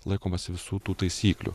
laikomasi visų tų taisyklių